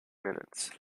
minutes